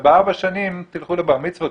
ובארבע שנים תלכו לבר מצוות,